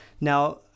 Now